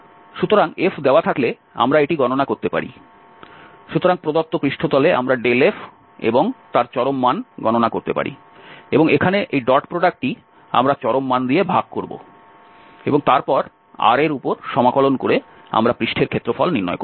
সুতরাং f দেওয়া থাকলে আমরা এটি গণনা করতে পারি সুতরাং প্রদত্ত পৃষ্ঠতলে আমরা ∇f এবং তার চরম মান গণনা করতে পারি এবং এখানে এই ডট প্রোডাক্টটি আমরা চরম মান দিয়ে ভাগ করব এবং তারপর R এর উপর সমাকলন করে আমরা পৃষ্ঠের ক্ষেত্রফল নির্ণয় করব